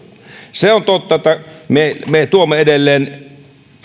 se on totta että me me tuomme edelleen